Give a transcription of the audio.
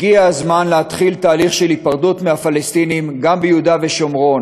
הגיע הזמן להתחיל תהליך של היפרדות מהפלסטינים גם ביהודה ושומרון.